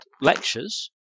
lectures